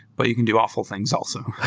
but you can do awful things also.